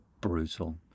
brutal